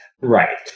Right